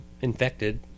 infected